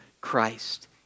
Christ